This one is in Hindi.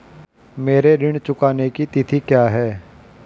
मेरे ऋण चुकाने की तिथि क्या है?